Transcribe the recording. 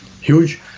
huge